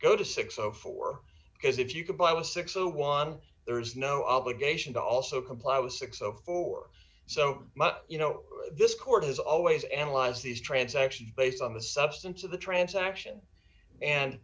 go to six of four because if you can buy a six a one there is no obligation to also comply with six of four so you know this court has always analyze these transactions based on the substance of the transaction and